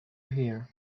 here